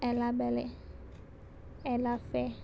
एलाबेलें एलाफे